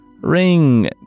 Ring